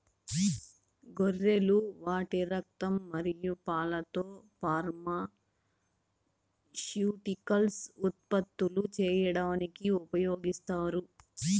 గొర్రెలు వాటి రక్తం మరియు పాలతో ఫార్మాస్యూటికల్స్ ఉత్పత్తులు చేయడానికి ఉపయోగిస్తారు